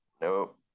Nope